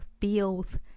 feels